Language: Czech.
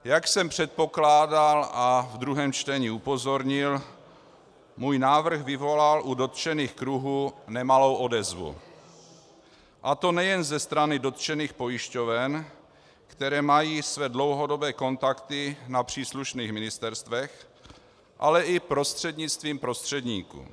Jak jsem předpokládal a ve druhém čtení upozornil, můj návrh vyvolal u dotčených kruhů nemalou odezvu, a to nejen ze strany dotčených pojišťoven, které mají své dlouhodobé kontakty na příslušných ministerstvech, ale i prostřednictvím prostředníků.